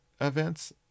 events